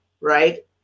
right